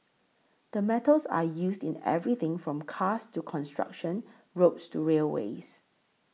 the metals are used in everything from cars to construction roads to railways